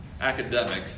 academic